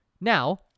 Now